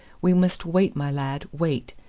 we must wait, my lad, wait.